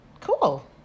Cool